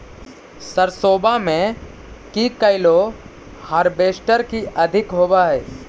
सरसोबा मे की कैलो हारबेसटर की अधिक होब है?